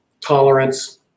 tolerance